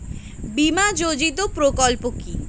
বীমা জ্যোতি প্রকল্পটি কি?